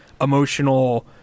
emotional